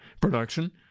production